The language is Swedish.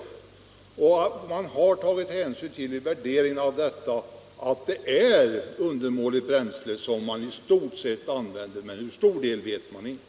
Vid värderingen av denna förmån har man tagit hänsyn till att det i stort sett är undermåligt bränsle som används, men hur stor den delen är vet man inte.